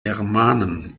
germanen